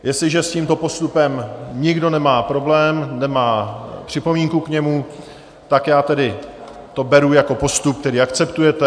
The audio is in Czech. Jestliže s tímto postupem nikdo nemá problém, nemá připomínku k němu, tak já tedy to beru jako postup, který akceptujete.